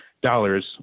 dollars